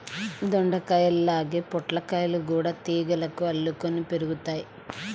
దొండకాయల్లాగే పొట్లకాయలు గూడా తీగలకు అల్లుకొని పెరుగుతయ్